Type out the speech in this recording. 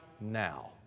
now